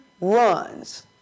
runs